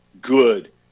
good